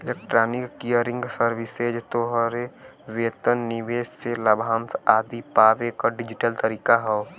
electronic clearing services तोहरे वेतन, निवेश से लाभांश आदि पावे क डिजिटल तरीका हौ